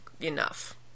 enough